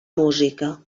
música